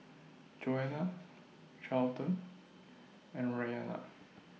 Joana Charlton and Rianna